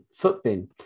Footbin